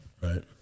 Right